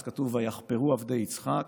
אז כתוב "ויחפרו עבדי יצחק,